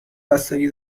بستگی